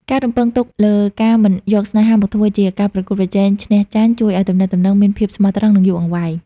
ការរំពឹងទុកលើ "ការមិនយកស្នេហាមកធ្វើជាការប្រកួតប្រជែងឈ្នះចាញ់" ជួយឱ្យទំនាក់ទំនងមានភាពស្មោះត្រង់ និងយូរអង្វែង។